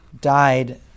died